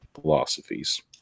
philosophies